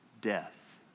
Death